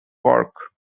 cork